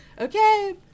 okay